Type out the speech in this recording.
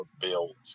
built